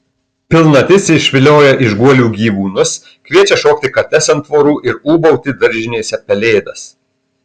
pilnatis išvilioja iš guolių gyvūnus kviečia šokti kates ant tvorų ir ūbauti daržinėse pelėdas